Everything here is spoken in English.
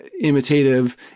imitative